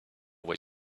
what